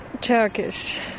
Turkish